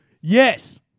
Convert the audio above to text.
Yes